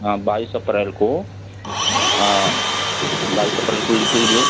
हाँ बाइस अप्रैल को आ बाइस अप्रैल को लिख लीजिए